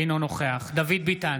אינו נוכח דוד ביטן,